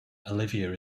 olivia